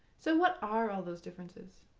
so what are all those differences?